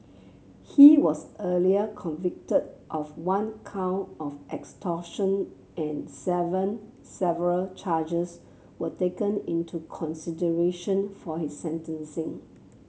he was earlier convicted of one count of extortion and seven several charges were taken into consideration for his sentencing